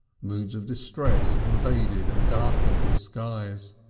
moods of distress invaded and darkened his skies,